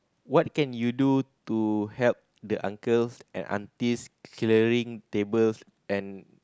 what can you do to help the uncles and aunties clearing tables and